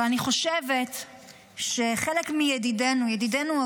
אבל אני חושבת שחלק מידידינו,